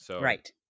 Right